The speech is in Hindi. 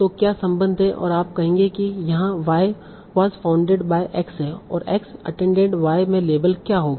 तो क्या संबंध है और आप कहेंगे कि यहां Y was founded by X है X अटेंनडेड Y में लेबल क्या होगा